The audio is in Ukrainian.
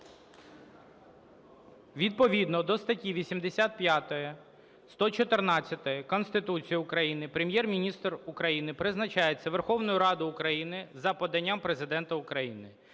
відповідно до статті 85, 114 Конституції України Прем'єр-міністр України призначається Верховною Радою України за поданням Президента України.